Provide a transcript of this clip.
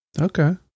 Okay